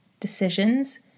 Decisions